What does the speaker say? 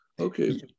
Okay